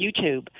YouTube